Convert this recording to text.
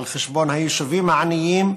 על חשבון היישובים העניים,